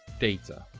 data